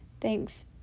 Thanks